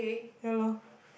ya lor